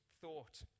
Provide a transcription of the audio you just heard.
thought